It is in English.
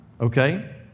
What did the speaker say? okay